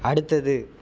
அடுத்தது